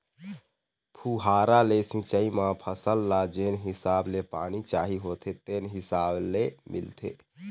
फुहारा ले सिंचई म फसल ल जेन हिसाब ले पानी चाही होथे तेने हिसाब ले मिलथे